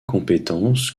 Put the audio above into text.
compétences